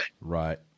right